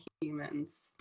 humans